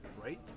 Right